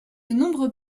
nombreux